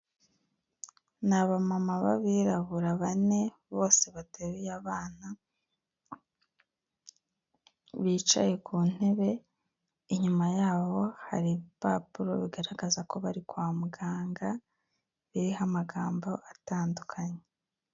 Ni abamama b'abirabura bane bose bateruye abana, bicaye ku ntebe inyuma yabo hari ibipapuro bigaragaza ko bari kwa muganga, biriho amagambo atandukanye.